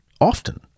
often